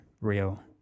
real